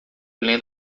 lendo